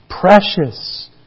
precious